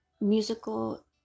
musical